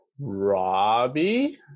Robbie